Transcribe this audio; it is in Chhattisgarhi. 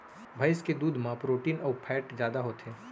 भईंस के दूद म प्रोटीन अउ फैट जादा होथे